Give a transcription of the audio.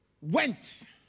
went